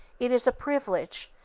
it is a privilege,